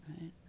right